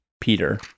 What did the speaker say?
Peter